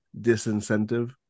disincentive